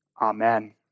Amen